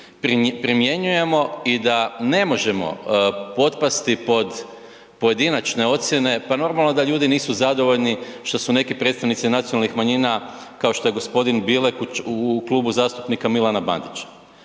primjenjujemo i da ne možemo potpasti pod pojedinačne ocjene, pa normalno da ljudi nisu zadovoljni što su neki predstavnici nacionalnih manjina, kao što je g. Bilek u klubu zastupnika Milana Bandića.